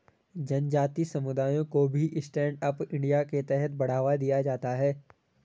जनजाति समुदायों को भी स्टैण्ड अप इंडिया के तहत बढ़ावा दिया जाता है